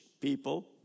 people